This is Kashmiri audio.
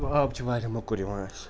آب چھِ واریاہ موٚکُر یِوان اَسہِ